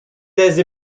thèse